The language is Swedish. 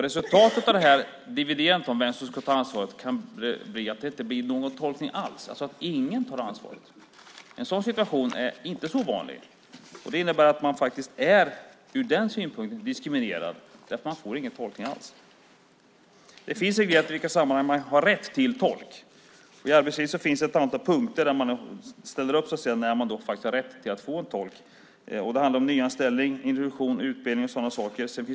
Resultatet av det här dividerandet om vem som ska ta ansvaret kan bli att det inte blir någon tolkning alls, att ingen tar ansvaret. En sådan situation är inte så ovanlig. Det innebär att man ur den synpunkten är diskriminerad. Man får ingen tolkning alls. Det finns reglerat i vilka sammanhang man har rätt till tolk. Det finns ett antal punkter uppställda om när man har rätt att få en tolk i arbetslivet. Det handlar om nyanställning, introduktion, utbildning och sådana saker.